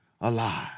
alive